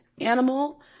animal